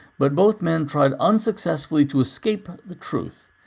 but both men tried unsuccessfully to escape the truth.